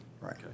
Right